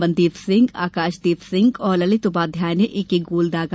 मनदीप सिंह आकाशदीप सिंह और ललित उपाध्याय ने एक एक गोल दागा